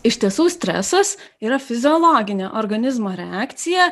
iš tiesų stresas yra fiziologinė organizmo reakcija